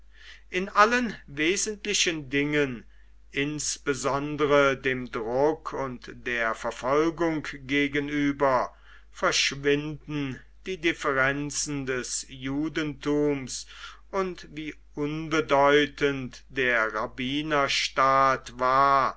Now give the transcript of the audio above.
in allen wesentlichen dingen insbesondere dem druck und der verfolgung gegenüber verschwinden die differenzen des judentums und wie unbedeutend der rabbinerstaat war